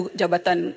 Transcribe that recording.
jabatan